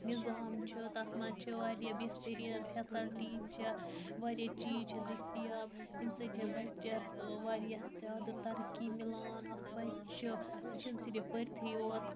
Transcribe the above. نِظام چھُ تَتھ منٛز چھِ واریاہ بہتریٖن فیسلٹی چھِ واریاہ چیٖز چھِ دٔستیاب تٔمۍ سۭتۍ چھےٚ بَچَس واریاہ زیادٕ ترقی مِلان اَکھ بَچہٕ چھِنہٕ صِرِف پٔرتھٕے یوت